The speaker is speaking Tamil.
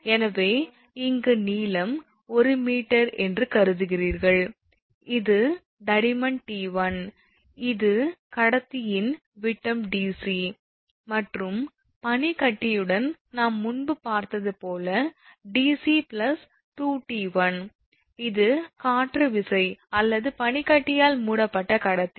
எனவே இங்கு நீளம் 1 மீட்டர் என்று கருதுகிறீர்கள் இது தடிமன் 𝑡1 இது கடத்தியின் விட்டம் 𝑑𝑐 மற்றும் பனிக்கட்டியுடன் நாம் முன்பு பார்த்தது போல 𝑑𝑐 2𝑡1 இது காற்று விசை அல்லது பனிக்கட்டியால் மூடப்பட்ட கடத்தி